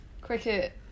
cricket